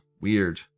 Weird